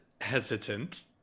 hesitant